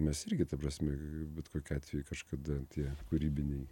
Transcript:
mes irgi ta prasme bet kokiu atveju kažkada tie kūrybiniai